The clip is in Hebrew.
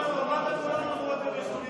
גם על רמת-הגולן אמרו את זה ב-1981.